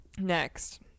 Next